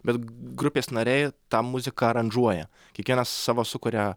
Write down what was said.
bet grupės nariai tą muziką aranžuoja kiekvienas savo sukuria